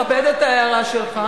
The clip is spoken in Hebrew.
אני מכבד את ההערה שלך.